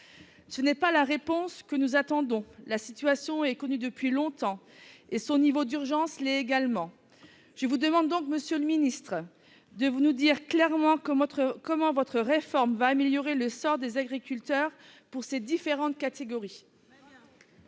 Ce n'est pas la réponse que nous attendions. La situation est connue depuis longtemps, et son niveau d'urgence l'est également. Je vous demande donc, monsieur le ministre, de nous dire clairement comment votre réforme va améliorer le sort des différentes catégories